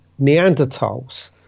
Neanderthals